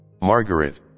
Margaret